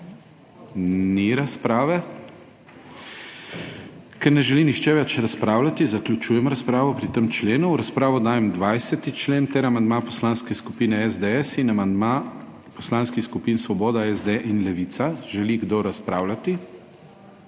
Ni razprave. Ker ne želi nihče več razpravljati zaključujem razpravo pri tem členu. V razpravo dajem 20. člen ter amandma Poslanske skupine SDS in amandma Poslanskih skupin Svoboda, SD in Levica. Želi kdo razpravljati?